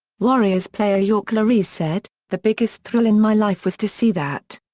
warriors player york larese said the biggest thrill in my life was to see that.